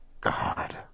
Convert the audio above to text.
God